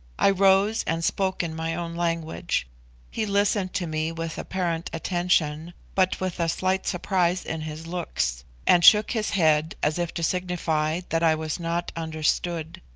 i rose and spoke in my own language he listened to me with apparent attention, but with a slight surprise in his looks and shook his head, as if to signify that i was not understood.